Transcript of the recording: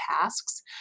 tasks